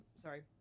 Sorry